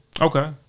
okay